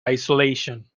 isolation